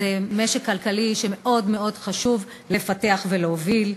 זה ענף כלכלי שמאוד מאוד חשוב לפתח ולהוביל.